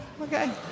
okay